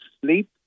sleep